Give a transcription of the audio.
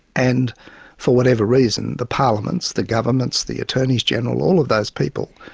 and for whatever reason the parliaments, the governments, the attorneys-general, all of those people,